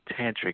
tantric